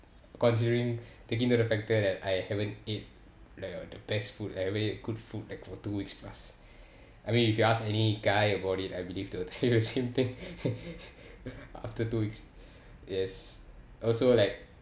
considering taking into the factor that I haven't ate like uh the best food I haven't ate good food like for two weeks plus I mean if you ask any guy about it I believe they will tell you the same thing after two weeks yes also like